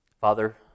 Father